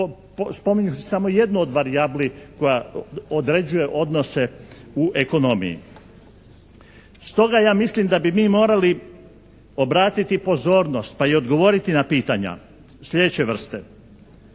Spominjući samo jednu od varijabli koja određuje odnose u ekonomiji. Stoga ja mislim da bi mi morali obratiti pozornost pa i odgovoriti na pitanja sljedeće vrste.